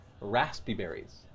Raspberries